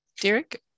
Derek